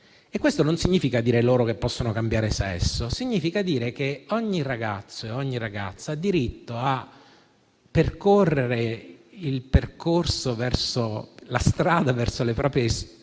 e questo non significa dire loro che possono cambiare sesso, ma significa dire che ogni ragazzo e ogni ragazza ha diritto a compiere il percorso verso le proprie aspirazioni